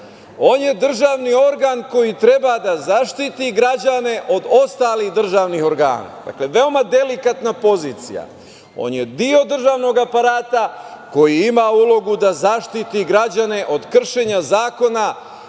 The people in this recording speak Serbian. On je državni organ koji treba da zaštiti građane od ostalih državnih organa. Dakle, veoma delikatna pozicija. On je deo državnog aparata koji ima ulogu da zaštiti građane od kršenja zakona